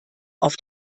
auf